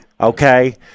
okay